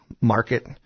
market